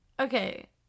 Okay